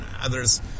others